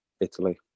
Italy